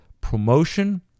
Promotion